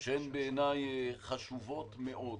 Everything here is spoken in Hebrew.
שהן בעיני חשובות מאוד.